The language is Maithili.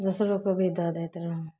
दोसरोके भी दऽ दैत रहौँ